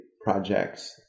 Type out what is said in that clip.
projects